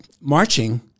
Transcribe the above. marching